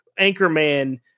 anchorman